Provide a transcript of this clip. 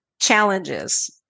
challenges